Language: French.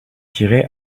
tirer